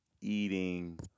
eating